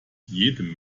jedem